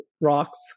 rocks